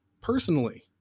personally